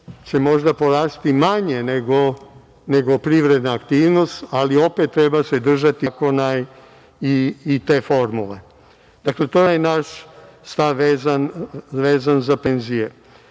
će možda porasti manje nego privredna aktivnost, ali se opet treba držati zakona i te formule. Dakle, to je onaj naš stav vezan za penzije. Drugo